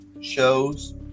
shows